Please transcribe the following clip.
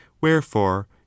wherefore